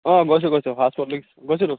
অ গৈছোঁ গৈছোঁ হাউচফুল গৈছোঁতো